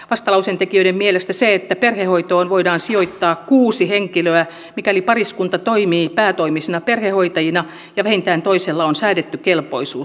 vastalauseen tekijöiden mielestä ei ole hyväksyttävää se että perhehoitoon voidaan sijoittaa kuusi henkilöä mikäli pariskunta toimii päätoimisina perhehoitajina ja vähintään toisella on säädetty kelpoisuus